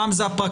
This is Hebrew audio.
פעם זה הפרקליט.